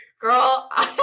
Girl